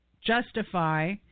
justify